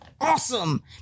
awesome